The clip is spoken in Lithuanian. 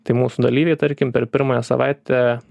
tai mūsų dalyviai tarkim per pirmąją savaitę